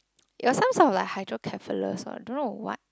it was some sort of hydrocephalus or I don't know what